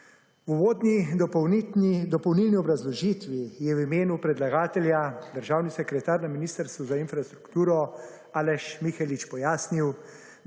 Uvodni dopolnilni obrazložitvi je v imenu predlagatelja državni sekretar na Ministrstvu za infrastrukturo, Aleš Mihelič pojasnil,